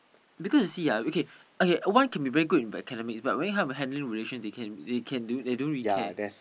because you see ah okay okay one can be very good in academics but very hard when handling relation they can they can they don't really care